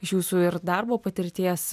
iš jūsų ir darbo patirties